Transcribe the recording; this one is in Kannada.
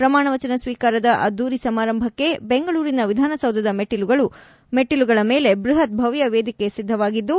ಪ್ರಮಾಣವಚನ ಸ್ವೀಕಾರದ ಅದ್ಯೂರಿ ಸಮಾರಂಭಕ್ಕೆ ಬೆಂಗಳೂರಿನ ವಿಧಾನಸೌಧದ ಮೆಟ್ಟಲುಗಳ ಮೇಲೆ ಬೃಹತ್ ಭವ್ಯ ವೇದಿಕೆ ಸಿದ್ದವಾಗಿದ್ದು